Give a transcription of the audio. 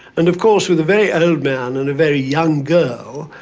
and, of course, with a very old man and a very young girl,